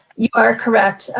you are correct.